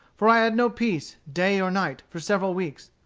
for i had no peace, day nor night, for several weeks.